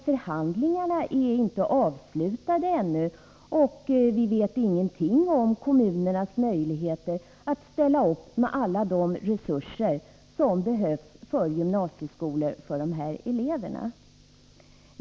Förhandlingarna är inte avslutade ännu, och vi vet ingenting om kommunernas möjligheter att ställa upp med alla de resurser som behövs i gymnasieskolor för de här eleverna.